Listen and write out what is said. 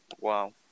Wow